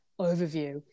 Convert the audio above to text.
overview